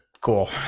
cool